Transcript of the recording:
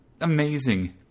amazing